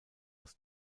was